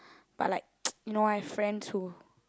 but like you know I have friends who